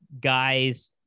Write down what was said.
guys